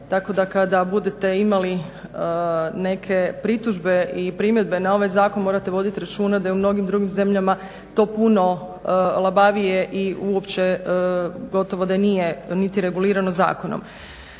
Tako da kada budete imali neke pritužbe i primjedbe na ovaj zakon morate voditi računa da je u mnogim drugim zemljama to puno labavije i uopće gotovo da i nije niti regulirano zakonom.